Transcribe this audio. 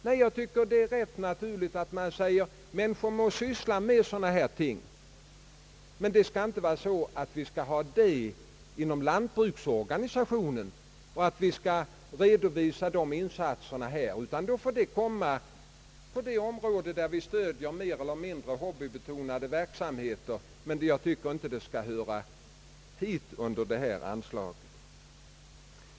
Nej, jag tycker att det är rätt naturligt att man säger: människor må syssla med sådana här ting, men insatserna skall inte redovisas inom lantbruksorganisationen utan inom någon annan organisation som stöder mer eller mindre hobbybetonade verksamheter. Jag tycker inte att ifrågavarande verksamhet hör under detta anslag.